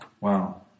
Wow